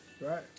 Right